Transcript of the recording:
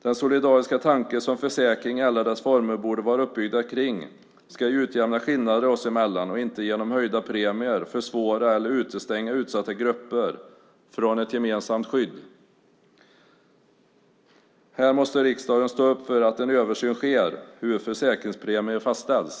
Den solidariska tanke som försäkringar i alla dess former borde vara uppbyggda kring ska utjämna skillnader oss emellan och inte genom höjda premier försvåra eller utestänga utsatta grupper från ett gemensamt skydd. Riksdagen måste stå upp för att en översyn sker av hur försäkringspremier fastställs.